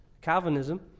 Calvinism